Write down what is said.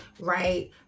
Right